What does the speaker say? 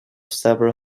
several